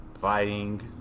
Fighting